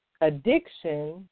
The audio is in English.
addiction